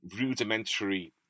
rudimentary